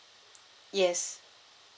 yes